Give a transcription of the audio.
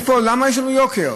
למה יש לנו יוקר?